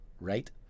right